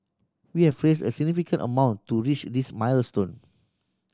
we have raised a significant amount to reach this milestone